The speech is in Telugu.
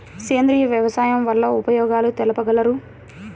సేంద్రియ వ్యవసాయం వల్ల ఉపయోగాలు తెలుపగలరు?